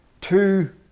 Two